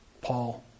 Paul